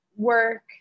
work